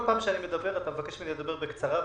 כל פעם שאני מדבר, אתה מבקש ממני לדבר בקצרה.